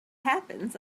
happens